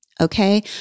Okay